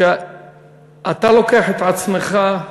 שאתה לוקח את עצמך,